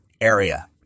area